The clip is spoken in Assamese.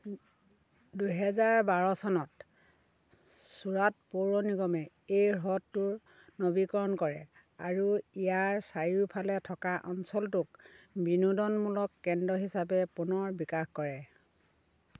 দুহেজাৰ বাৰ চনত চুৰাট পৌৰ নিগমে এই হ্ৰদটোৰ নৱীকৰণ কৰে আৰু ইয়াৰ চাৰিওফালে থকা অঞ্চলটোক বিনোদনমূলক কেন্দ্ৰ হিচাপে পুনৰ বিকাশ কৰে